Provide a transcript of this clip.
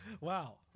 wow